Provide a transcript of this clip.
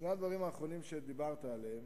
שני הדברים האחרונים שדיברת עליהם,